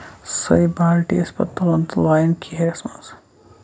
سۄے بالٹیٖن ٲسۍ پَتہٕ تُلان تہٕ لایان کیٖرِس منٛز